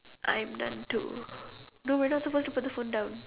I'm done too no we're not supposed to put the phone down